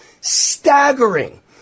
staggering